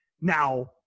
Now